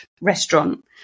restaurant